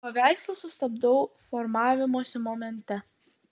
paveikslą sustabdau formavimosi momente